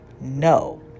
no